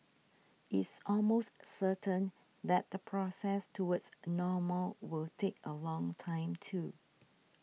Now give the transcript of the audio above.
it's almost certain that the process towards normal will take a long time too